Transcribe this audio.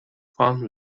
fun